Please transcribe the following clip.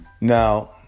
Now